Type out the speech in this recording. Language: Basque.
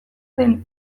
den